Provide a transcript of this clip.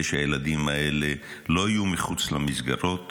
שהילדים האלה לא יהיו מחוץ למסגרות,